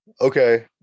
Okay